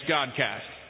Godcast